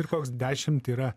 ir koks dešimt yra